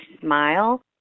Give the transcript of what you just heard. smile